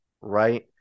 right